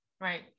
Right